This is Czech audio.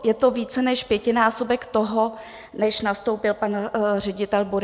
Je to více než pětinásobek toho, než nastoupil pan ředitel Burian.